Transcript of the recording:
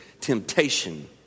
temptation